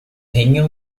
hänge